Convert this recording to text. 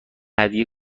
هدیه